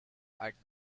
act